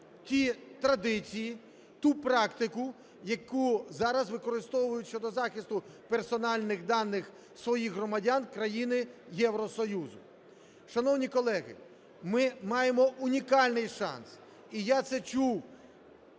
ті традиції, ту практику, яку зараз використовують щодо захисту персональних даних своїх громадян країни Євросоюзу. Шановні колеги, ми маємо унікальний шанс, і я це чув